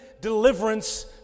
deliverance